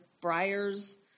briars